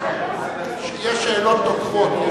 יש שאלות נוקבות.